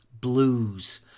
blues